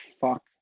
fuck